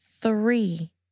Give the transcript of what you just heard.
three